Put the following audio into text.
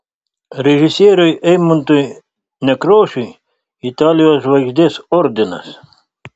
režisieriui eimuntui nekrošiui italijos žvaigždės ordinas